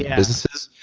businesses.